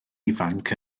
ifanc